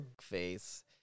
face